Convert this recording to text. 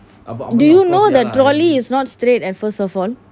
do you know that trolley is not straight and first of all